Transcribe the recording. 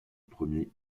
premier